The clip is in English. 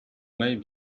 may